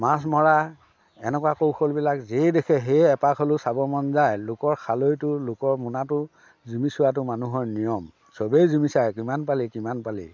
মাছ মৰা এনেকুৱা কৌশলবিলাক যেই দেখে সেই এপাক হ'লেও চাব মন যায় লোকৰ খালৈটো লোকৰ মোনাটো জুমি চোৱাটো মানুহৰ নিয়ম সবেই জুমি চায় কিমান পালি কিমান পালি